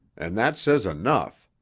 and that says enough.